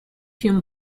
film